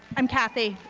i'm kathy.